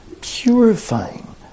purifying